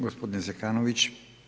Gospodine Zekanović.